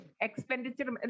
Expenditure